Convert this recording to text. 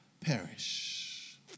perish